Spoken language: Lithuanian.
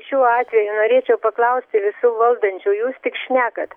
šiuo atveju norėčiau paklausti visų valdančiųjų jūs tik šnekat